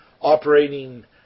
operating